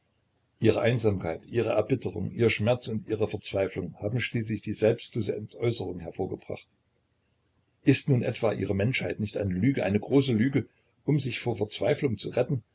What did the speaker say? ihre einsamkeit ihre erbitterung ihr schmerz und ihre verzweiflung haben schließlich die selbstlose entäußerung hervorgebracht ist nun etwa ihre menschheit nicht eine lüge eine große lüge um sich vor verzweiflung zu retten